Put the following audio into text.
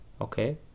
okay